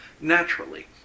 Naturally